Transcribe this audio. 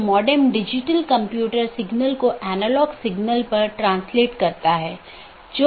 तो इसका मतलब यह है कि OSPF या RIP प्रोटोकॉल जो भी हैं जो उन सूचनाओं के साथ हैं उनका उपयोग इस BGP द्वारा किया जा रहा है